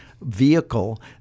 Vehicle